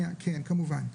כן, כמובן.